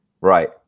Right